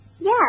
Yes